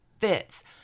fits